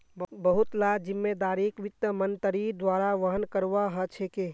बहुत ला जिम्मेदारिक वित्त मन्त्रीर द्वारा वहन करवा ह छेके